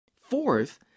Fourth